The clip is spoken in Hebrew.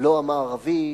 לא המערבית,